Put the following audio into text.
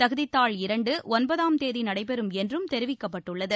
தகுதித்தாள் இரண்டு ஒன்பதாம் தேதி நடைபெறும் என்றும் தெரிவிக்கப்பட்டுள்ளது